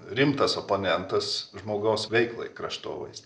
rimtas oponentas žmogaus veiklai kraštovaizdį